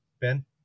Ben